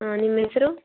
ಹಾಂ ನಿಮ್ಮ ಹೆಸರು